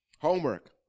homework